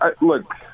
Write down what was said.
look